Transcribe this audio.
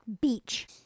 beach